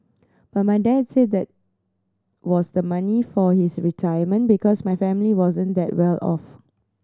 but my dad said that was the money for his retirement because my family wasn't that well off